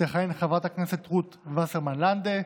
תכהן חברת הכנסת רות וסרמן לנדה,